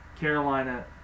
Carolina